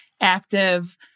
active